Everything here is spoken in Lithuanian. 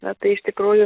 na tai iš tikrųjų